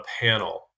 panel